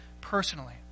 personally